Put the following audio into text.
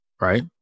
right